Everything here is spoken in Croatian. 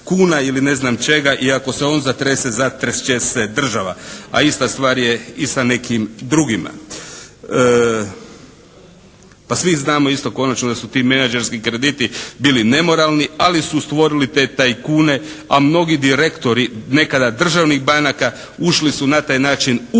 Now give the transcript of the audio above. kuna ili ne znam čega i ako se on zatrese zatrest će se država. A ista stvar je i sa nekim drugima. Pa svi znamo isto konačno da su ti menadžerski krediti bili nemoralni ali su stvorili te tajkune a mnogi direktori nekada državnih banaka ušli su na taj način u